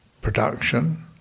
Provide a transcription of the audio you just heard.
production